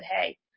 hey